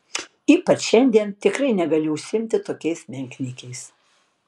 ypač šiandien tikrai negali užsiimti tokiais menkniekiais